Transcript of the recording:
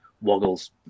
woggles